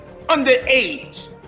underage